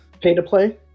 pay-to-play